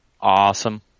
Awesome